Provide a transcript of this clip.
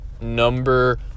number